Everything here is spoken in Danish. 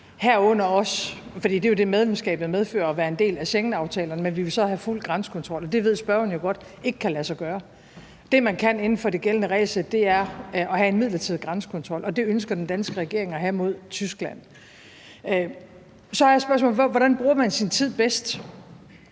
herunder også – for det er jo det, medlemskabet medfører – at være en del af Schengenaftalen, men at man så vil have fuld grænsekontrol. Det ved spørgeren jo godt ikke kan lade sig gøre. Det, man kan inden for det gældende regelsæt, er at have en midlertidig grænsekontrol, og det ønsker den danske regering at have mod Tyskland. Så er spørgsmålet, hvordan man bruger sin tid bedst,